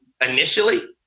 initially